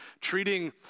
treating